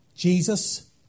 Jesus